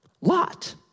Lot